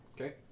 Okay